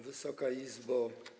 Wysoka Izbo!